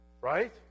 Right